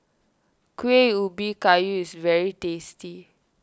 Kueh Ubi Kayu is very tasty